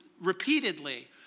repeatedly